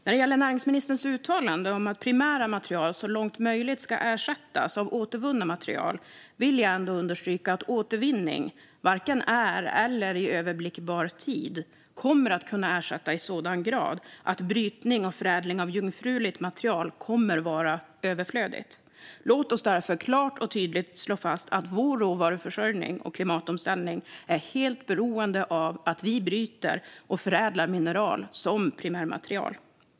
När det gäller näringsministerns uttalande om att primära material så långt som möjligt ska ersättas av återvunna material vill jag ändå understryka att återvinning inte inom överblickbar tid kommer att kunna ersätta i sådan grad att brytning och förädling av jungfruligt material kommer att vara överflödigt. Låt oss därför klart och tydligt slå fast att vår råvaruförsörjning och klimatomställning är helt beroende av att vi bryter och förädlar mineral som primärmaterial.